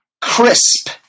crisp